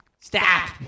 Stop